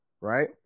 right